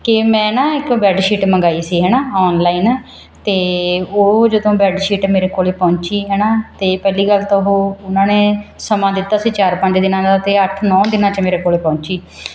ਕਿ ਮੈਂ ਨਾ ਇੱਕ ਬੈਡ ਸ਼ੀਟ ਮੰਗਾਈ ਸੀ ਹੈ ਨਾ ਔਨਲਾਈਨ ਅਤੇ ਉਹ ਜਦੋਂ ਬੈਡ ਸ਼ੀਟ ਮੇਰੇ ਕੋਲ ਪਹੁੰਚੀ ਹੈ ਨਾ ਅਤੇ ਪਹਿਲੀ ਗੱਲ ਤਾਂ ਉਹ ਉਹਨਾਂ ਨੇ ਸਮਾਂ ਦਿੱਤਾ ਸੀ ਚਾਰ ਪੰਜ ਦਿਨਾਂ ਦਾ ਅਤੇ ਅੱਠ ਨੌ ਦਿਨਾਂ 'ਚ ਮੇਰੇ ਕੋਲ ਪਹੁੰਚੀ